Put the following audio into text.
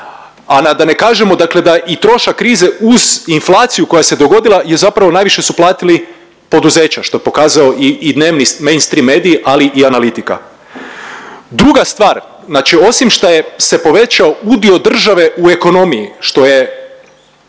a da ne kažemo dakle da i trošak krize uz inflaciju koja se dogodila je zapravo najviše su platili poduzeća, što je pokazao i, i …/Govornik se ne razumije./… mainstream mediji, ali i analitika. Druga stvar, znači osim šta je se povećao udio države u ekonomiji, što je